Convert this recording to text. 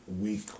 week